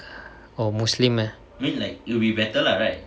oh muslim meh